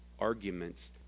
arguments